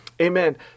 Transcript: Amen